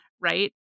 Right